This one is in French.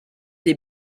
des